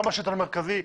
גם בשלטון המרכזי,